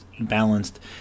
balanced